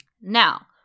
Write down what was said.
Now